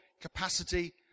capacity